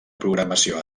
programació